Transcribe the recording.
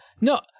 no